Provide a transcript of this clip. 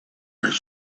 his